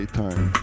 time